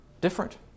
different